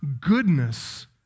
goodness